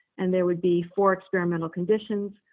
and there would be four experimental conditions,